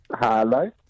Hello